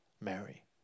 Mary